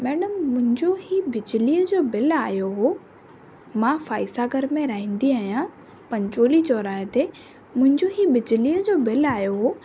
madam मुंहिंजो हीउ बिजलीअ जो बिल आहियो हुओ मां फाइवसगर में रहींदी आहियां पंचोली चौराहे ते मुंहिंजो हीउ बिजलीअ जो बिल आहियो हुओ